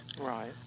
Right